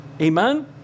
Amen